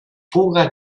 puga